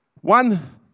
One